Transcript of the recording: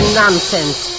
nonsense